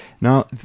Now